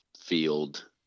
field